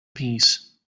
peace